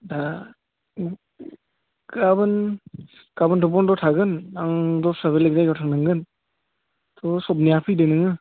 दा गाबोनथ' बन्द' थागोन आं दस्रायाव बेलेग जायगायाव थांनांगोन थ' सबनैहा फैदो नोङो